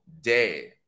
day